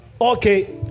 Okay